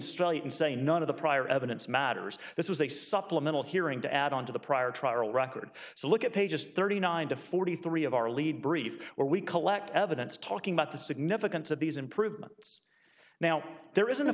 can say none of the prior evidence matters this was a supplemental hearing to add on to the prior trial record so look at pages thirty nine to forty three of our lead brief where we collect evidence talking about the significance of these improvements now there is